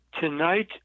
Tonight